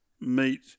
Meet